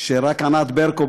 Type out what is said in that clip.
שרק ענת ברקו,